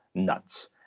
nuts.